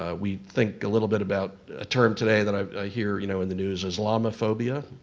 ah we think a little bit about a term today that i hear you know in the news, islamophobia.